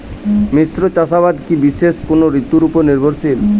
মিশ্র চাষাবাদ কি বিশেষ কোনো ঋতুর ওপর নির্ভরশীল?